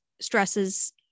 stresses